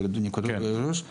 אדוני היושב ראש.